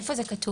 איפה זה כתוב?